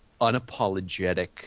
unapologetic